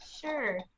sure